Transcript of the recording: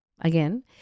Again